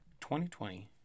2020